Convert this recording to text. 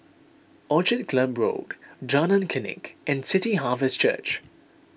Orchid Club Road Jalan Klinik and City Harvest Church